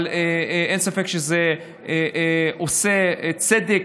אבל אין ספק שזה עושה צדק,